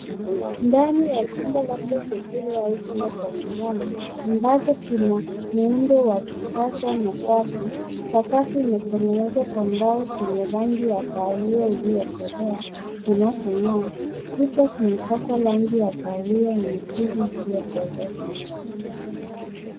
Ndani ya chumba labda sebule au chumba cha kulala ambacho kina muhundo wa kisasa na safi ,sakafu imetegenezwa kwa mbao zenye rangi ya kahawia iliyokolea zinazongaa. Kuta zimepakwa rangi ya kahawia nyekundu isiyokolea.